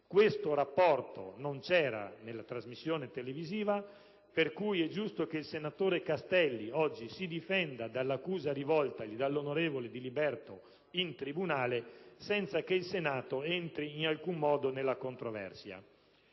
Questo rapporto non c'era nella trasmissione televisiva e per questo motivo è giusto che il senatore Castelli oggi si difenda dall'accusa rivoltagli dall'onorevole Diliberto in tribunale, senza che il Senato entri in alcun modo nella controversia.